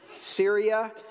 Syria